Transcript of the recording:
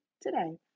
today